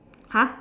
!huh!